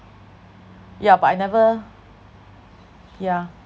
yeah but I never yeah